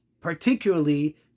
particularly